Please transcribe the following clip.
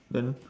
then